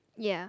ya